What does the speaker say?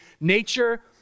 nature